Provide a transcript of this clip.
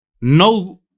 No